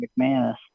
McManus